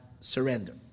surrender